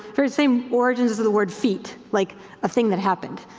very same origins of the word feat, like a thing that happened.